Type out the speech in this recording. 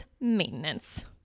maintenance